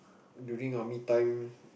during army time